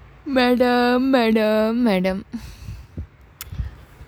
madam madam madam